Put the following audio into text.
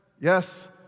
yes